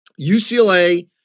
UCLA